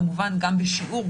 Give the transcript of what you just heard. כמובן גם בשיעור,